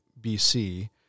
BC